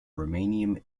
romanian